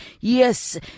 Yes